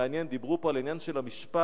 מעניין, דיברו פה על העניין של המשפט.